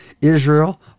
Israel